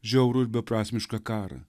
žiaurų ir beprasmišką karą